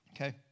okay